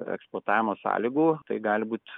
eksploatavimo sąlygų tai gali būt